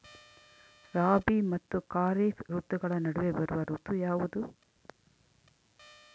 ರಾಬಿ ಮತ್ತು ಖಾರೇಫ್ ಋತುಗಳ ನಡುವೆ ಬರುವ ಋತು ಯಾವುದು?